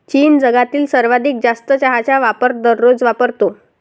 चीन जगातील सर्वाधिक जास्त चहाचा वापर दररोज वापरतो